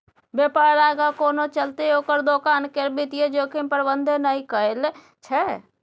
बेपार आगाँ कोना चलतै ओकर दोकान केर वित्तीय जोखिम प्रबंधने नहि कएल छै